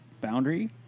boundary